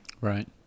Right